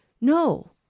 No